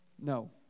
No